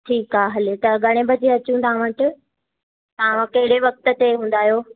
ठीकु आहे हले त घणे बजे अचूं था वटि तव्हां कहिड़े वक़्त ते हूंदा आहियो